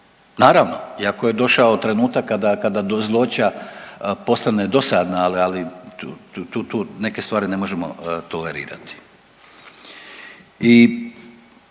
Naravno iako je došao trenutak kada zloća postane dosadna, ali tu neke stvari ne možemo tolerirati.